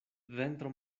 ventro